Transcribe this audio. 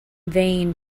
vain